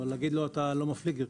או להגיד לו שהוא לא מפליג יותר.